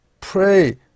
pray